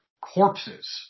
corpses